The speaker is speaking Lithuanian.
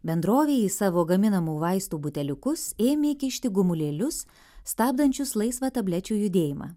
bendrovė į savo gaminamų vaistų buteliukus ėmė kišti gumulėlius stabdančius laisvą tablečių judėjimą